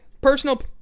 personal